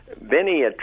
Benny